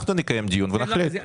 אנחנו נקיים דיון ונחליט.